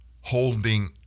holding